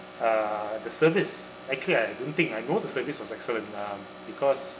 uh the service actually I I don't think I know the service was excellent um because